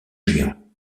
géant